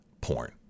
porn